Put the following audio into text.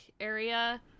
area